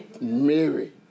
Mary